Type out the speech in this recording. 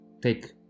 take